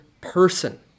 person